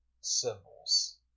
symbols